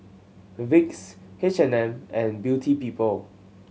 Vicks H and M and Beauty People